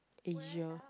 a year